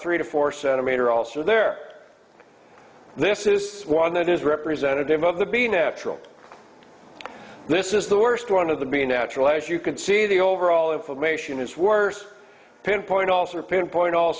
three to four centimeter also there this is one that is representative of the be natural this is the worst one of them being natural as you can see the overall information is worse pinpoint also pinpoint all